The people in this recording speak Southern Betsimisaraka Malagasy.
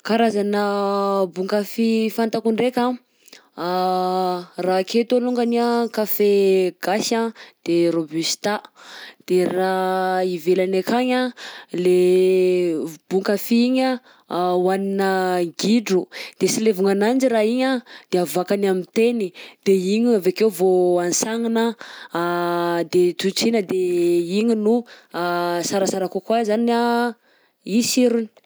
Karazana boan-kafe fantako ndraika raha aketo alongany anh kafe gasy a de robusta, de raha ivelany akagny anh le v- boan-kafe igny anh hohaninà gidro, de sy levogna ananjy raha igny anh de avoakany am'teny de igny avy akeo vao ansagnina de trotriana de igny no sarasara kokoa zany anh i sirony.